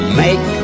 make